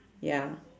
ya